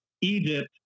Egypt